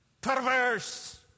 Perverse